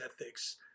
ethics